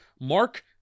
Mark